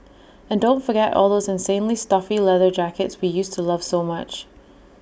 and don't forget all those insanely stuffy leather jackets we used to love so much